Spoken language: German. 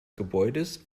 gebäudes